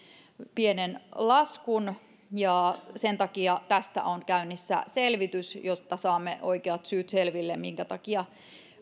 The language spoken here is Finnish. pienen laskun ja sen takia tästä on käynnissä selvitys jotta saamme selville oikeat syyt minkä takia